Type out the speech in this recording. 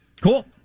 Cool